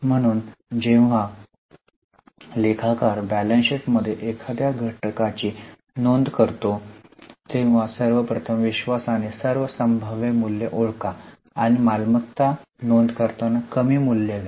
म्हणून जेव्हा लेखाकार बैलन्स शीटमध्ये एखाद्या घटकाची नोंद करतो तेव्हा सर्व प्रथम विश्वासाने सर्व संभाव्य मूल्ये ओळखा आणि मालमत्ता नोंद करताना कमी मूल्य घ्या